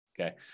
Okay